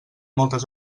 moltes